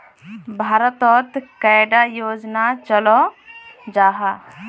भारत तोत कैडा योजना चलो जाहा?